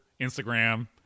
Instagram